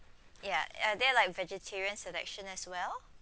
yeah are there like vegetarian selection as well